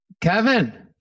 Kevin